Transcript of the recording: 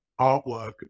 artwork